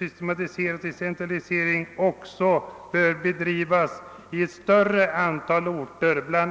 systematiserad decentraliserad universitetsutbildning bör bedrivas vid ett större antal orter än som